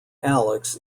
alex